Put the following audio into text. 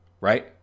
Right